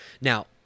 Now